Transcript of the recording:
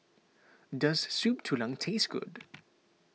does Soup Tulang taste good